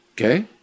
Okay